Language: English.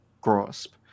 grasp